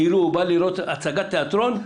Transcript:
כאילו הוא בא לראות הצגת תיאטרון,